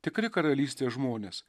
tikri karalystės žmonės